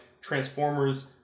Transformers